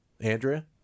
Andrea